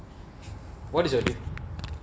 what is your name